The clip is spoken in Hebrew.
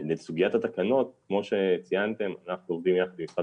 לסוגיית התקנות כמו שציינתם אנחנו עובדים יחד עם משרד